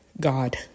God